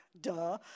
Duh